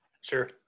Sure